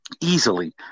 Easily